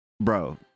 bro